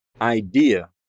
idea